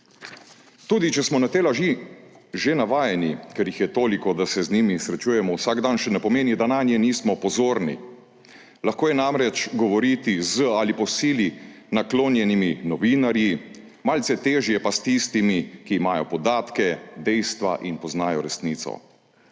Tudi če smo na te laži že navajeni, ker jih je toliko, da se z njimi srečujemo vsak dan, še ne pomeni, da nanje nismo pozorni. Lahko je namreč govoriti z ali po sili naklonjenimi novinarji, malce težje pa s tistimi, ki imajo podatke, dejstva in poznajo resnico.